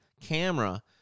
camera